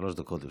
לרשותך.